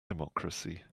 democracy